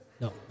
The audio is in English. no